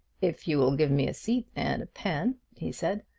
if you will give me a seat and a pen, he said,